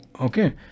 Okay